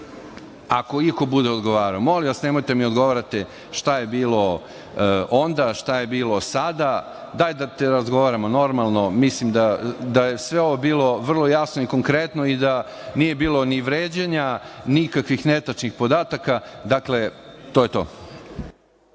Ako iko bude odgovarao. Molim vas, nemojte mi odgovarati šta je bilo onda, šta je bilo sada. Dajte da razgovaramo normalno. Mislim da je sve ovo bilo vrlo jasno i konkretno i da nije bilo ni vređanja, nikakvih netačnih podataka. Dakle, to je to.